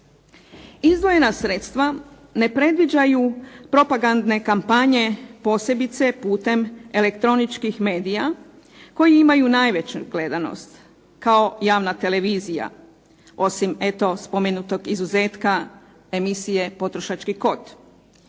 Izdvojena sredstva ne predviđaju propagandne kampanje, posebice putem elektroničkih medija koji imaju najveću gledanost kao javna televizija, osim eto spomenutog izuzetka emisije "Potrošački kod".